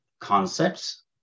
concepts